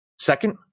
second-